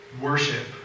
worship